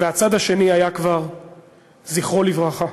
והצד השני היה כבר זכרו לברכה.